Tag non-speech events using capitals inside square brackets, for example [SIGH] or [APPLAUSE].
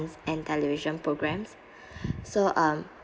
and television programs [BREATH] so um